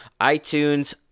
iTunes